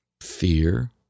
Fear